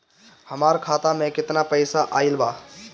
हमार खाता मे केतना पईसा आइल बा?